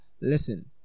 Listen